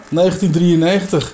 1993